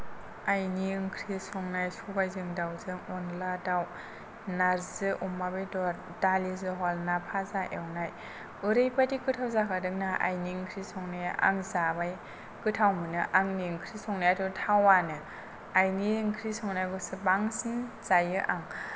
आइनि ओंख्रि संनाय सबायजों दाउजों अनला दाउ नारजि अमा बेदर दालि जल ना फाजा एवनाय ओरैबायदि गोथाव जाखादों ना आइनि ओंख्रि संनाया आं जाबाय गोथाव मोनो आंनि ओंख्रि संनायाथ' थावानो आइनि ओंख्रि संनायखौसो बांसिन जायो आं